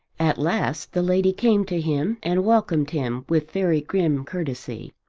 at last the lady came to him and welcomed him with very grim courtesy.